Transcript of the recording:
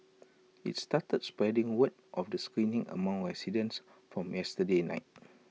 IT started spreading word of the screening among residents from Wednesday night